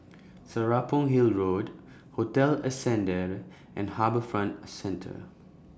Serapong Hill Road Hotel Ascendere and HarbourFront Centre